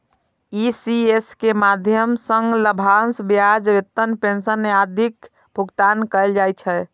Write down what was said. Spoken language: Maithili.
ई.सी.एस के माध्यम सं लाभांश, ब्याज, वेतन, पेंशन आदिक भुगतान कैल जाइ छै